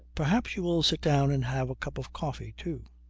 perhaps you will sit down and have a cup of coffee, too.